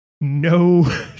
no